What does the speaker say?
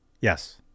Yes